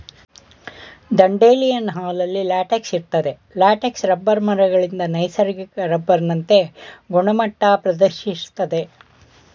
dandelion ಹಾಲಲ್ಲಿ latex ಇರ್ತದೆ latex rubber ಮರಗಳಿಂದ ನೈಸರ್ಗಿಕ ರಬ್ಬರ್ನಂತೆ ಗುಣಮಟ್ಟ ಪ್ರದರ್ಶಿಸ್ತದೆ